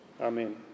Amen